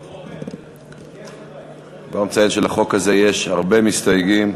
אני כבר מציין שלחוק הזה יש הרבה מסתייגים.